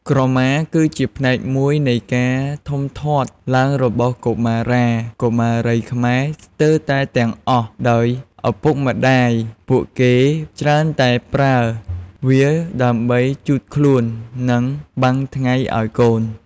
ក្រមាគឺជាផ្នែកមួយនៃការធំធាត់ឡើងរបស់កុមារា កុមារីខ្មែរស្ទើតែទាំងអស់ដោយឱពុកម្ដាយពួកគេច្រើនតែប្រើវាដើម្បីជូតខ្លួន និង បាំងថ្ងៃឱ្យកូន។។